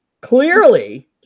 clearly